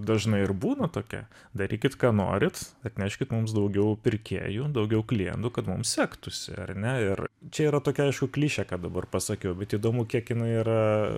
dažnai ir būna tokia darykit ką norit atneškit mums daugiau pirkėjų daugiau klientų kad mums sektųsi ar ne ir čia yra tokia klišė kad dabar pasakiau bet įdomu kiek jinai yra